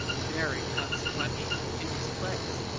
very consequential, in his place.